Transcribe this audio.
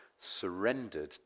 Surrendered